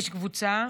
יש קבוצה,